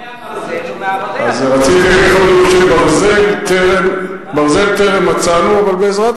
ארץ אשר אבניה ברזל ומהרריה תחצוב נחושת.